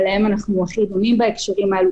שלהם אנחנו הכי דומים בהקשרים האלה,